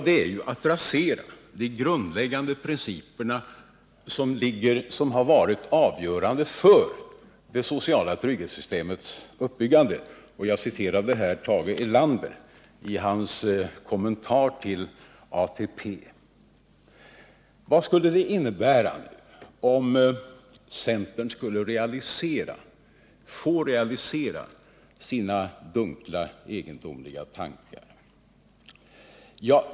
Det är ju att rasera de grundläggande principer som varit avgörande för det sociala trygghetssystemets uppbyggande. Vad skulle det innebära om centern skulle få realisera sina dunkla, egendomliga tankar?